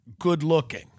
Good-looking